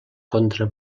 contra